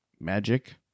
Magic